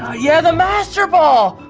ah yeah, the master ball!